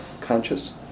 conscious